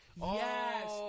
Yes